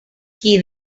qui